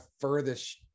furthest